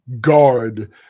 guard